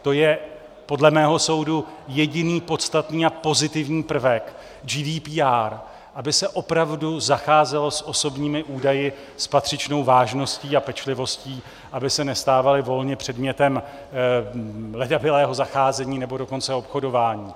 To je podle mého soudu jediný podstatný a pozitivní prvek GDPR, aby se opravdu zacházelo s osobními údaji s patřičnou vážností a pečlivostí, aby se nestávaly volně předmětem ledabylého zacházení, nebo dokonce obchodování.